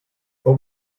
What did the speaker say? but